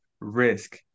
risk